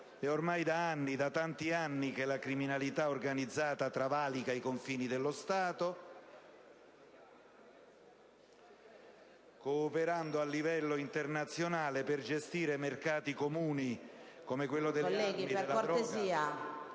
Ormai da tanti anni la criminalità organizzata travalica i confini dello Stato, cooperando a livello internazionale per gestire mercati comuni come quello delle armi, della droga